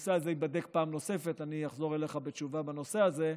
הנושא הזה ייבדק פעם נוספת ואני אחזור אליך עם תשובה בנושא הזה.